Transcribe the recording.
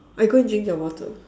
I go and drink their water